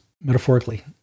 metaphorically